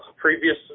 previous